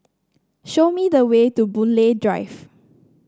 show me the way to Boon Lay Drive